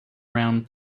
round